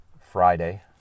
Friday